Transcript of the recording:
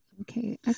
Okay